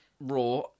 Raw